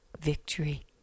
victory